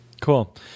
Cool